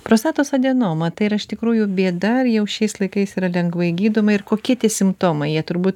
prostatos adenoma tai yra iš tikrųjų bėda ar jau šiais laikais yra lengvai gydoma ir kokie tie simptomai jie turbūt